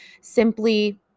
simply